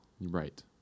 Right